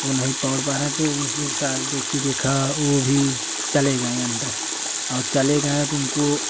वो नहीं पोढ़ पा रहे थे उनके साथ देखा देखी वो भी चले गए अंदर और चले गए तो उनको